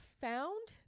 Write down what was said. found